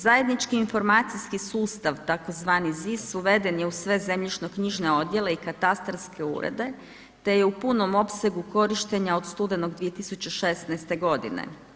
Zajednički informacijski sustav tzv. ZIS uveden je u sve zemljišno knjižne odjele i katastarske urede te je u punom opsegu korištenja od studenog 2016. godine.